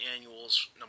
annuals